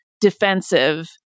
defensive